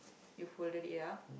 you folded it up